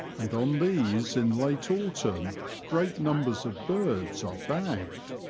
and on these in late autumn great numbers of birds are bagged.